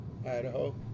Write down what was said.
Idaho